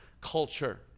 culture